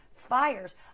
fires